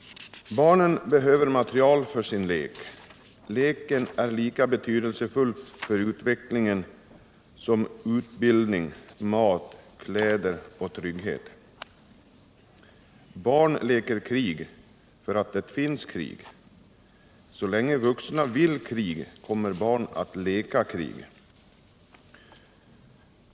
Barn behöver material för sin lek. Leken är lika betydelsefull för utvecklingen som utbildning, mat, kläder och trygghet. Barn leker krig för att det finns krig. Så länge vuxna vill krig kommer barn att leka krig.